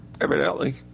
Evidently